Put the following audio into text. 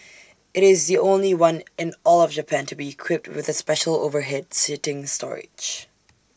IT is the only one in all of Japan to be equipped with the special overhead seating storage